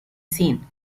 seen